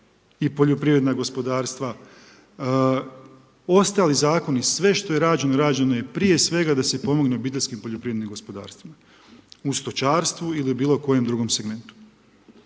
i poljoprivredna gospodarstva, ostali zakoni, sve što je rađeno, rađeno je prije svega da se pomogne OPG-ovima, u stočarstvu ili bilo kojem drugom segmentu.